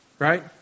right